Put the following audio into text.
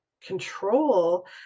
control